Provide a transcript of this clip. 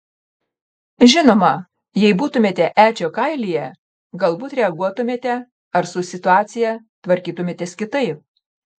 žinoma jei būtumėte edžio kailyje galbūt reaguotumėte ar su situacija tvarkytumėtės kitaip